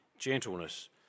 gentleness